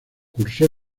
cursó